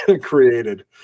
created